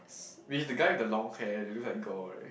he's the guy with the long hair that looks like girl right